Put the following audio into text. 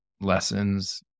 lessons